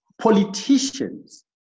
Politicians